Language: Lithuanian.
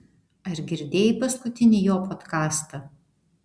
ar girdėjai paskutinį jo podkastą